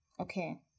Okay